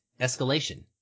escalation